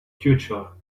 future